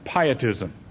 pietism